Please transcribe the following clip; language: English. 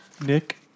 Nick